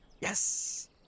Yes